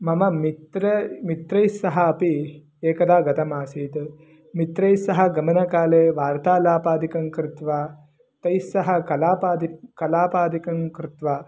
मम मित्रैः मित्रैः सह अपि एकदा गतम् आसीत् मित्रैः सह गमनकाले वार्तालापादिकं कृत्वा तैः सह कलापादिकं कलापादिकं कृत्वा